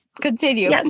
continue